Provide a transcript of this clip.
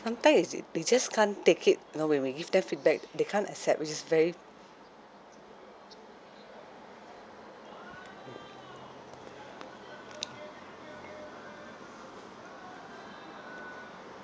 some time is it they just can't take it you know when we give them feedback they can't accept which is very